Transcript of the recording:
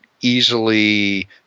easily